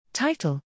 Title